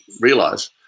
realize